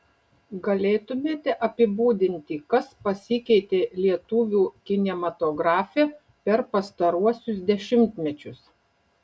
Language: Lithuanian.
galėtumėte apibūdinti kas pasikeitė lietuvių kinematografe per pastaruosius dešimtmečius